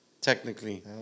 technically